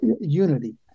Unity